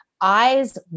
Eyes